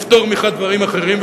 לפטור מצד אחד דברים אחרים,